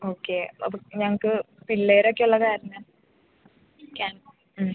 okay അപ്പോൾ ഞങ്ങൾക്ക് പിള്ളേർ ഒക്കെയുള്ളത് കാരണം ക്യാമ്പ്